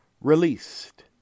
released